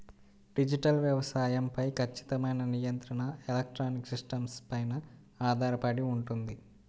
digital వ్యవసాయం పై ఖచ్చితమైన నియంత్రణ ఎలక్ట్రానిక్ సిస్టమ్స్ పైన ఆధారపడి ఉంటుంది